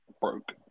broke